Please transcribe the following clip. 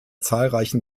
zahlreichen